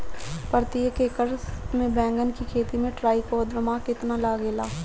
प्रतेक एकर मे बैगन के खेती मे ट्राईकोद्रमा कितना लागेला?